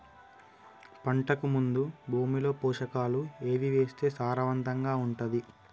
పంటకు ముందు భూమిలో పోషకాలు ఏవి వేస్తే సారవంతంగా ఉంటది?